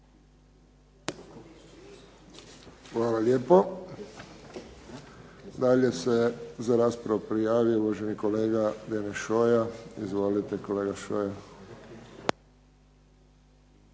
Hvala lijepo. Dalje se za raspravu prijavio uvaženi kolega Deneš Šoja. Izvolite kolega Šoja.